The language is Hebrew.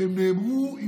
הן נאמרו,